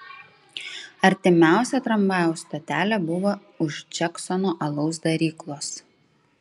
artimiausia tramvajaus stotelė buvo už džeksono alaus daryklos